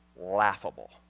laughable